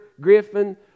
Griffin